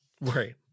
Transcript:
right